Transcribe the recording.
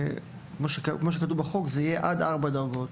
כמו שכתוב בחוק, יהיו עד ארבע דרגות.